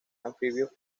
anfibios